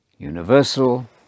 universal